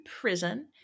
prison